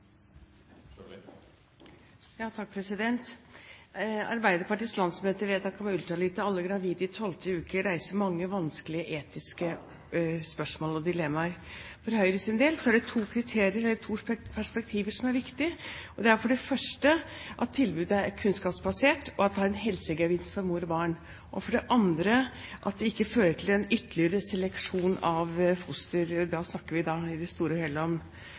Arbeiderpartiets landsmøtevedtak om ultralyd til alle gravide i 12. uke reiser mange vanskelige etiske spørsmål og dilemmaer. For Høyres del er det to perspektiver som er viktig. Det er for det første at tilbudet er kunnskapsbasert, og at det har en helsegevinst for mor og barn, og for det andre at det ikke fører til en ytterligere seleksjon av fostre; da snakker vi i det store